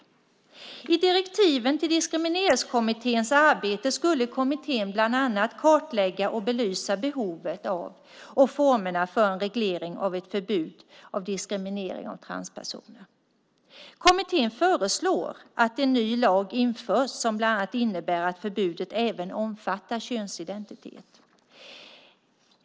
Enligt direktiven till Diskrimineringskommitténs arbete skulle kommittén bland annat kartlägga och belysa behovet av och formerna för en reglering av ett förbud mot diskriminering av transpersoner. Kommittén föreslår att en ny lag införs som bland annat innebär att förbudet även omfattar könsidentitet.